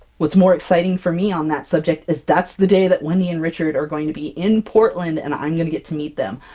what's more exciting for me on that subject, is that's the day that wendy and richard are going to be in portland and i'm gonna get to meet them!